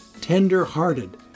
tender-hearted